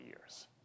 years